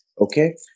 Okay